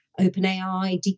OpenAI